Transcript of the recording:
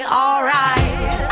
alright